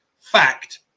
Fact